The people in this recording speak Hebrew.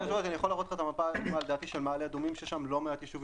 אני יכול להראות לך את המפה של מעלה אדומים ששם יש כמה אזורים.